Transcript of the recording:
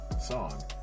song